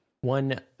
one